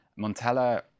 montella